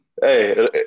Hey